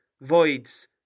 voids